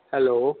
hello